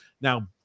Now